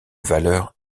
valeur